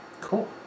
Cool